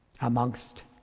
amongst